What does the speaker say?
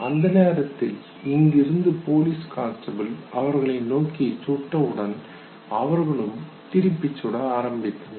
அந்தநேரத்தில் இங்கிருந்து police constable அவர்களை நோக்கி சுட்ட உடன் அவர்களும் திரும்பி சுட ஆரம்பித்தனர்